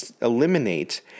eliminate